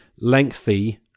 lengthy